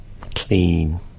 clean